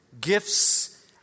Gifts